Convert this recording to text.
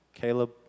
Caleb